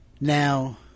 Now